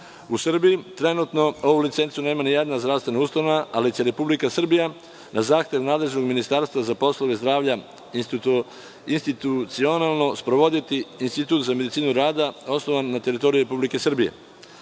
Srbiji trenutno ovu licencu nema ni jedna zdravstvena ustanova ali će Republika Srbija na zahtev nadležnog Ministarstva za poslove zdravlja institucionalno sprovoditi Institut za medicinu rada osnovan na teritoriji Republike Srbije. Do